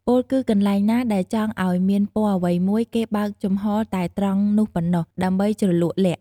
ពោលគឺកន្លែងណាដែលចង់ឱ្យមានពណ៌អ្វីមួយ គេបើកចំហតែត្រង់នោះប៉ុណ្ណោះ ដើម្បីជ្រលក់ល័ក្ត ។